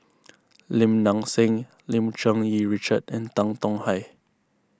Lim Nang Seng Lim Cherng Yih Richard and Tan Tong Hye